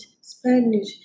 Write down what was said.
Spanish